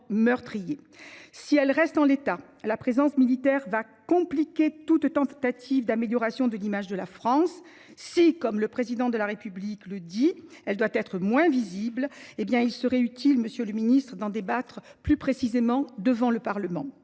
meurtriers. Si elle reste en l’état, la présence militaire va compliquer toute tentative d’amélioration de l’image de la France. Si, comme le Président de la République le dit, elle doit être moins visible, il serait utile, monsieur le ministre, d’en débattre avec le Parlement.